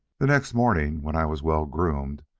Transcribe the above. the next morning, when i was well-groomed,